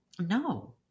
No